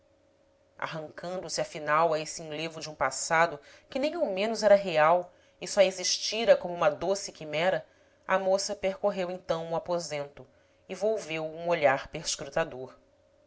a calma arrancando se afinal a esse enlevo de um passado que nem ao menos era real e só existira como uma doce quimera a moça percorreu então o aposento e volveu um olhar perscrutador